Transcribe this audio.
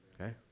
Okay